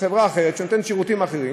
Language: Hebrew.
חברה אחרת,